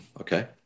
Okay